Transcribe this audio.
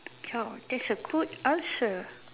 ya that's a good answer